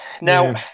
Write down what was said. Now